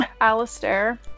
Alistair